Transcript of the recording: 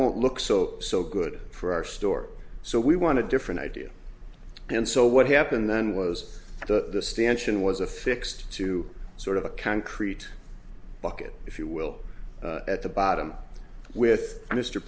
won't look so so good for our store so we want to different idea and so what happened then was the stanch and was affixed to sort of a concrete bucket if you will at the bottom with mr